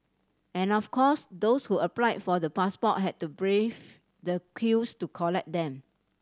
and of course those who applied for the passport had to brave the queues to collect them